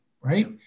right